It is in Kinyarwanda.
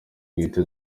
bwite